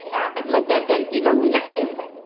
यहाँ तकलए चारि चारि किलो मिलै छै